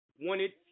wanted